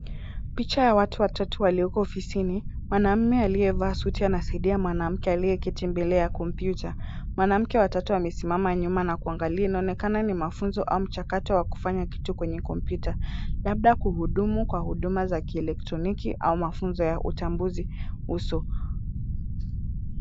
Picha ya watu watatu walioko ofisini. Mwanaume aliyevaa suti anasaidia mwanamke aliyeketi mbele ya kompyuta. Mwanamke wa tatu wamesimama nyuma na kuangalia. Inaonekana ni mafunzo au mchakato wa kufanya kitu kwenye kompyuta. Labda kuhudumu kwa huduma za kielektroniki au mafunzo ya utambuzi uso.